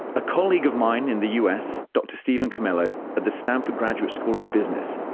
a colleague of mine in the us, dr stephen comello at the stanford graduate school of business,